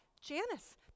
Janice